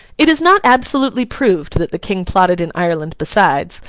it is not absolutely proved that the king plotted in ireland besides,